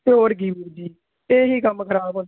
ਅਤੇ ਹੋਰ ਕੀ ਵੀਰ ਜੀ ਇਹੀ ਕੰਮ ਖ਼ਰਾਬ